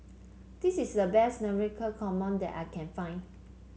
this is the best Navratan Korma that I can find